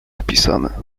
opisane